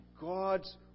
God's